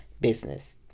business